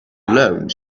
alone